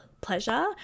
pleasure